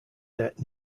debt